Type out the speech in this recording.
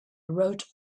wrote